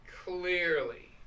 Clearly